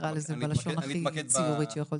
נקרא לזה בלשון הכי ציורית שיכולתי.